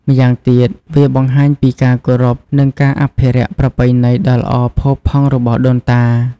ម្យ៉ាងទៀត វាបង្ហាញពីការគោរព និងការអភិរក្សប្រពៃណីដ៏ល្អផូរផង់របស់ដូនតា។